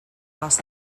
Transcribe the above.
los